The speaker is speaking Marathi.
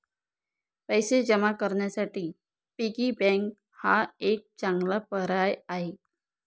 पैसे जमा करण्यासाठी पिगी बँक हा एक चांगला पर्याय आहे